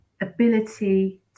ability